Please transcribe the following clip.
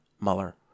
Mueller